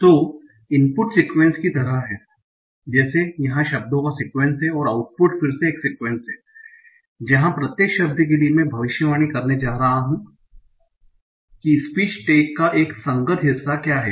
तो input sequence की तरह है जैसे यहाँ शब्दों का सीक्वेंस है और आउटपुट फिर से एक सीक्वेंस है जहां प्रत्येक शब्द के लिए मैं भविष्यवाणी करने जा रहा हूं कि स्पीच टैग का एक संगत हिस्सा क्या है